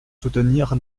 soutenir